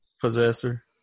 Possessor